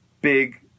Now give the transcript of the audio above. big